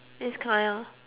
this kind orh